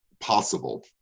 possible